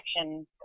action